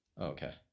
okay